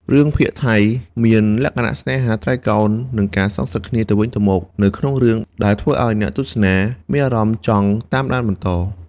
រឿងភាគថៃមានលក្ខណៈស្នេហាត្រីកោណនិងការសងសឹកគ្នាទៅវិញទៅមកនៅក្នុងរឿងដែលធ្វើឲ្យអ្នកទស្សនាមានអារម្មណ៍ចង់តាមដានបន្ត។